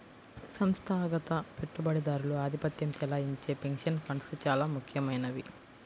సంస్థాగత పెట్టుబడిదారులు ఆధిపత్యం చెలాయించే పెన్షన్ ఫండ్స్ చాలా ముఖ్యమైనవి